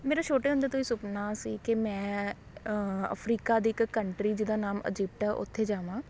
ਮੇਰਾ ਛੋਟੇ ਹੁੰਦੇ ਤੋਂ ਹੀ ਸੁਪਨਾ ਸੀ ਕਿ ਮੈਂ ਅਫ਼ਰੀਕਾ ਦੀ ਇੱਕ ਕੰਟਰੀ ਜਿਹਦਾ ਨਾਮ ਇਜ਼ਿਪਟ ਹੈ ਉੱਥੇ ਜਾਵਾਂ